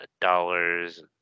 dollars